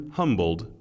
humbled